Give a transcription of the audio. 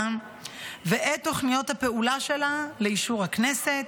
שלה ואת תוכניות הפעולה שלה לאישור הכנסת,